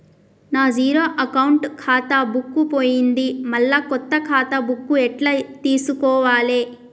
నా zero account ఖాతా book పోయింది మళ్ళా కొత్త ఖాతా బుక్కు ఎట్ల తీసుకోవాలే?